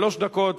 שלוש דקות.